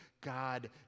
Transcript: god